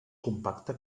compacte